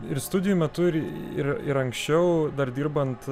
ir studijų metu ir ir anksčiau dar dirbant